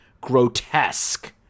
grotesque